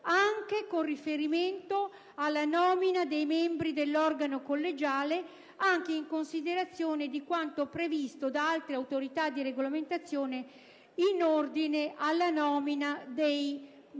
anche con riferimento alla nomina dei membri dell'organo collegiale, anche in considerazione di quanto previsto da altre autorità di regolamentazione in ordine alla nomina dei propri